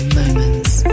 moments